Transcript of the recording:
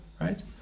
right